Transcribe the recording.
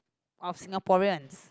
of Singaporeans